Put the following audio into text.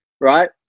right